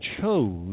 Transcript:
chose